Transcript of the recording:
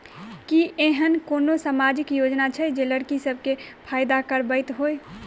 की एहेन कोनो सामाजिक योजना छै जे लड़की सब केँ फैदा कराबैत होइ?